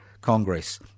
Congress